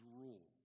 rule